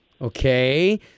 Okay